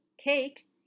cake